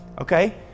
okay